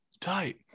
tight